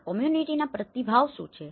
અને આ કોમ્યુનીટીના પ્રતિભાવ શું છે